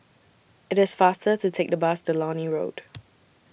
IT IS faster to Take The Bus to Lornie Road